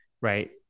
right